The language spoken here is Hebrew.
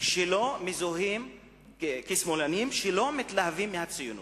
שמזוהים כשמאלנים, שלא מתלהבים מהציונות.